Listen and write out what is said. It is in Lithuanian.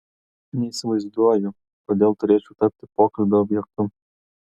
neįsivaizduoju kodėl turėčiau tapti pokalbio objektu